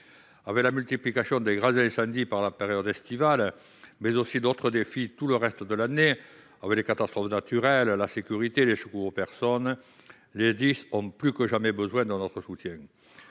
Avec la multiplication des grands incendies pendant la période estivale, mais aussi d'autres défis tout le reste de l'année- catastrophes naturelles, sécurité et secours aux personnes -, les SDIS ont plus que jamais besoin de notre soutien.